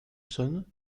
sonne